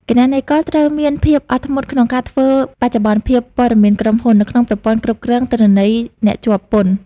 គណនេយ្យករត្រូវមានភាពអត់ធ្មត់ក្នុងការធ្វើបច្ចុប្បន្នភាពព័ត៌មានក្រុមហ៊ុន នៅក្នុងប្រព័ន្ធគ្រប់គ្រងទិន្នន័យអ្នកជាប់ពន្ធ។